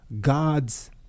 God's